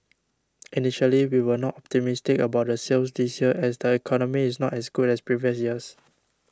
initially we were not optimistic about the sales this year as the economy is not as good as previous years